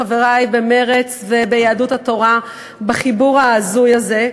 חברי במרצ וביהדות התורה בחיבור ההזוי הזה,